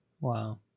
Wow